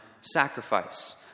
sacrifice